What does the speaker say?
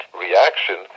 reaction